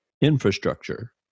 infrastructure